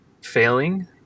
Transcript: failing